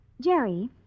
Jerry